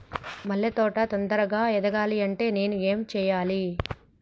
మల్లె తోట తొందరగా ఎదగాలి అంటే నేను ఏం చేయాలి?